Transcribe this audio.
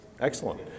Excellent